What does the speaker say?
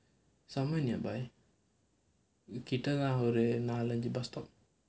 somewhere nearby கிட்ட தான் ஒரு நாலஞ்சு:kitta thaan oru naalanchu bus stop